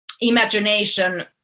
imagination